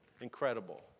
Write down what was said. incredible